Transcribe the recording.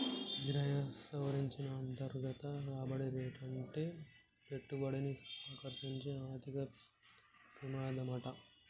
ఈరయ్యా, సవరించిన అంతర్గత రాబడి రేటంటే పెట్టుబడిని ఆకర్సించే ఆర్థిక పెమాదమాట